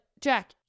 Jack